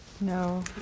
No